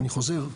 אני חוזר,